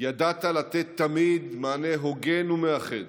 ידעת לתת תמיד מענה הוגן ומאחד,